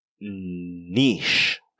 niche